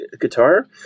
guitar